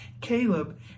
Caleb